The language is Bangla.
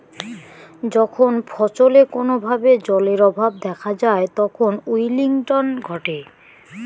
যখন ফছলে কোনো ভাবে জলের অভাব দেখা যায় তখন উইল্টিং ঘটে